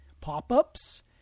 pop-ups